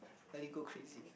likely go crazy